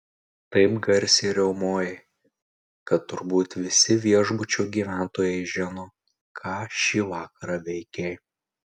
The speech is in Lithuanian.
taip garsiai riaumojai kad turbūt visi viešbučio gyventojai žino ką šį vakarą veikei